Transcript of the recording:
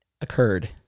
occurred